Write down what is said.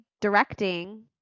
directing